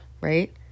right